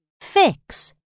Fix